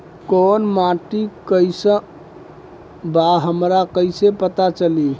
कोउन माटी कई सन बा हमरा कई से पता चली?